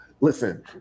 Listen